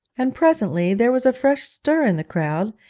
and presently there was a fresh stir in the crowd,